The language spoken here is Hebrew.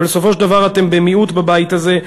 אבל בסופו של דבר אתם במיעוט בבית הזה.